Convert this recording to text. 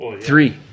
Three